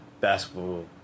basketball